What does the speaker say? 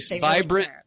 Vibrant